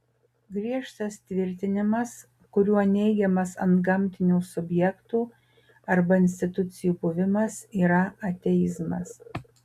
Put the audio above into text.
griežtas tvirtinimas kuriuo neigiamas antgamtinių subjektų arba institucijų buvimas yra ateizmas